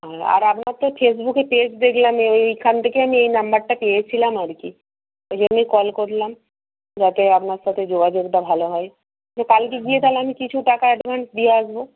আর আপনার তো ফেসবুকে পেজ দেখলাম ওইখান থেকেই আমি এই নাম্বারটা পেয়েছিলাম আর কি ওই জন্যেই কল করলাম যাতে আপনার সাথে যোগাযোগটা ভালো হয় কালকে গিয়ে তাহলে আমি কিছু টাকা অ্যাডভান্স দিয়ে আসব